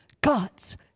God's